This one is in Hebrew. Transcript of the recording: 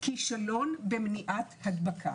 כישלון במניעת הדבקה.